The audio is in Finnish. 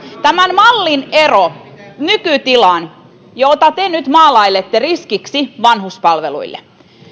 tämän mallin ero nykytilaan jota te nyt maalailette riskiksi vanhuspalveluille